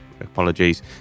Apologies